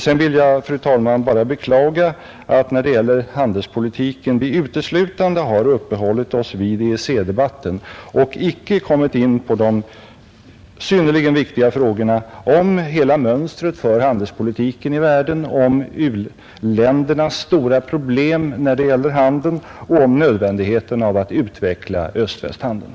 Sedan vill jag bara beklaga, fru talman, att vi när det gäller handelspolitiken har uppehållit oss uteslutande vid EEC-debatten och inte kommit in på de synnerligen viktiga frågorna om hela mönstret för handelspolitiken i världen och om u-ländernas stora handelsproblem samt nödvändigheten av att utveckla öst-västhandeln.